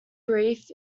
brief